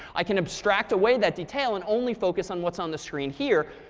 i can abstract away that detail and only focus on what's on the screen here.